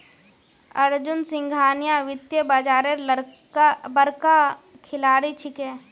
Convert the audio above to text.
अर्जुन सिंघानिया वित्तीय बाजारेर बड़का खिलाड़ी छिके